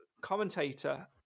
commentator